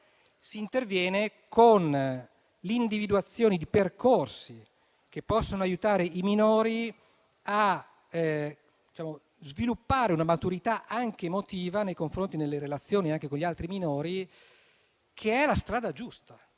Si interviene quindi con l'individuazione di percorsi che possono aiutare i minori a sviluppare una maturità anche emotiva nelle relazioni con gli altri minori. Questa è la strada giusta